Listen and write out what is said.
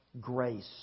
grace